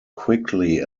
quickly